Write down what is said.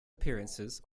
appearances